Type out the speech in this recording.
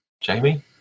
jamie